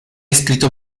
escrito